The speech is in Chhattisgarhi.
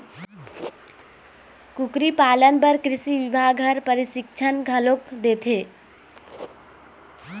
कुकरी पालन बर कृषि बिभाग ह परसिक्छन घलोक देथे